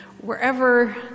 wherever